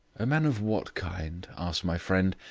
a man of what kind? asked my friend.